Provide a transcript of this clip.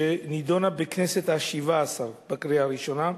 שנדונה בכנסת השבע-עשרה בקריאה ראשונה,